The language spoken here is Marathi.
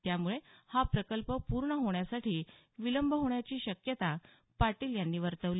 त्यामुळे हा प्रकल्प पूर्ण होण्यासाठी विलंब होण्याची शक्यता पाटील यांनी वर्तवली